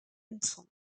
impfung